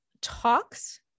talks